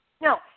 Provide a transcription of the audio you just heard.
No